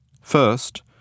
First